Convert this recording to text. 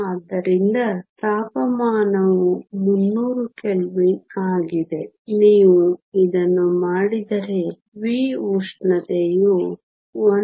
ಆದ್ದರಿಂದ ತಾಪಮಾನವು 300 ಕೆಲ್ವಿನ್ ಆಗಿದೆ ನೀವು ಇದನ್ನು ಮಾಡಿದರೆ v ಉಷ್ಣತೆಯು 1